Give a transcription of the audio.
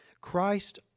Christ